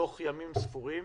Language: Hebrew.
שבתוך ימים ספורים